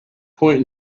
point